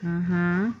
(uh huh)